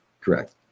Correct